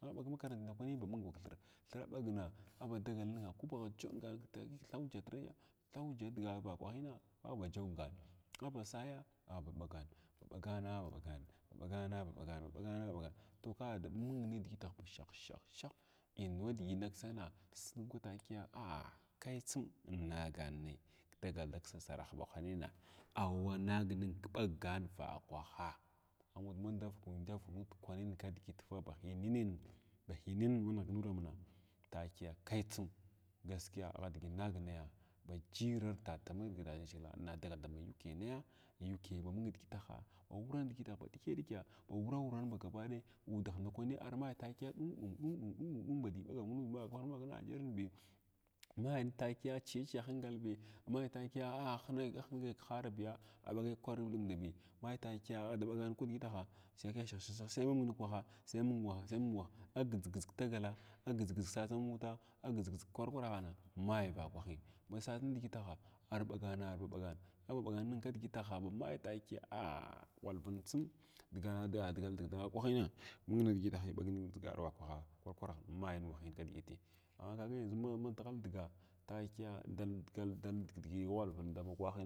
Maɓagha ɓag kmakarant ndakwan mung ba thir thira ɓag na aba dagal nugna ku bagh jonigan kthigatrna thija digutr vakwahin aghda jinigan maghba saya baghɓa ɓagan ba ɓagan ba ɓagna, ba ɓagan ba ɓagan toh kada ba mung nidigitah ba shah shah shah inwu digi daksna si dada kwatakiya ah a kaitsin innagadagal daksa sarah ba haninin awa nagning ba ɓaganin vakwaha ma ndavghi ndavg nud kwanin kidigat ba hinanin am nigh nuamma takiya kaifsim gaskia digi innagnaya ba jiirar ditatakar dyaʒhigila inna dagal dama UK naya UK ma mung nidigitula gwarant digihl ba dikiɗikiya ba wura wuran ba gabaki ɗaya udah ndakwani armai takiya ɗum, ɗun ɗun ɗun ɗun band ga gh ud baad valagi mai takiya chiya chiya hinkalbi ma takiya a hing hingai khaarbiya a ɓaga kwar ɗumbi mai takiya aghda bagan kidigitaha sai ma shah shah shah shah sai ma mung waha sai mung waha a gidʒig gidʒig kdagala agidʒig gidʒig sas dama mota agadʒrg gidʒig kwarahana ma vakwahi ma sas nidigitaha arɓagama arba ɓagana aba ɓagan ning kdigitaha ah ghwalvin tsim dgan andya dig da vakwahin mang nidiʒitah ɓagning wa dʒagara vakwaha kwar kwarin ma wahin kidgitih amma kaga yandʒu ma dighal diga takiya dagal dig dal iga ghwalvins dama kwah